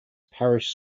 parish